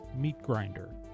meatgrinder